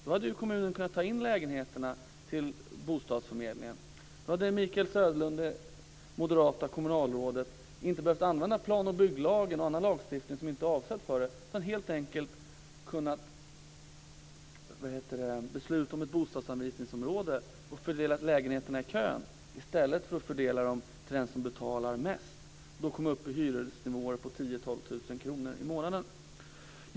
Då hade kommunen kunnat ta in lägenheterna till bostadsförmedlingen, och då hade det moderata kommunalrådet Michael Söderlund inte behövt använda plan och bygglagen och annan lagstiftning som inte är avsedd för detta. Han hade kunnat besluta om ett bostadsanvisningsområde och fördela lägenheterna i kön i stället för att fördela dem till dem som betalar mest, då man kommer upp i hyresnivåer på 10 000-12 000 kr i månaden.